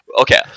okay